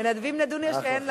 מנדבים נדוניה שאין להם.